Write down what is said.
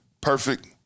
perfect